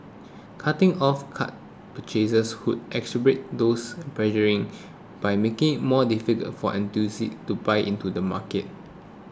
cutting off card purchases could exacerbate those pressures in by making more difficult for enthusiasts to buy into the market